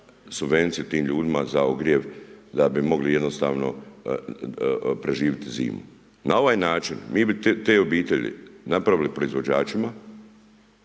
subvenciju tim ljudima za ogrjev, da bi mogli jednostavno preživit zimu. Ma ovaj način mi bi te obitelji napravili proizvođačima,